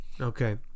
okay